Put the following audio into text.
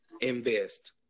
invest